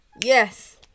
Yes